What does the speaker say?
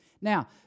Now